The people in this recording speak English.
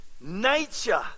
nature